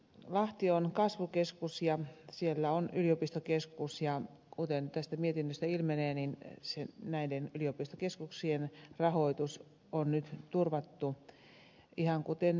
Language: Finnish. lahti on kasvukeskus ja siellä on yliopistokeskus ja kuten tästä mietinnöstä ilmenee näiden yliopistokeskusten rahoitus on nyt turvattu ihan kuten ed